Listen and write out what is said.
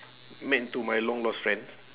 met into my long lost friend